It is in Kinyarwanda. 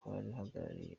uhagarariye